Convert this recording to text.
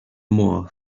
more